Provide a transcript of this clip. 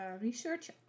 research